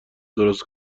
درست